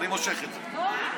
אני מושך את זה.